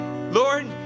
lord